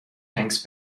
thanks